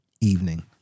evening